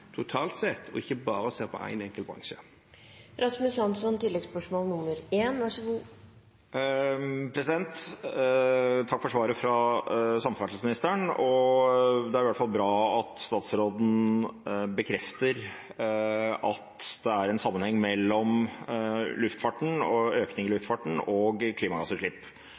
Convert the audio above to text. totalt sett, ikke bare ser på en enkelt bransje. Takk for svaret fra samferdselsministeren. Det er i hvert fall bra at statsråden bekrefter at det er en sammenheng mellom økning i luftfarten og klimagassutslipp.